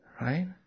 Right